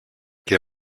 και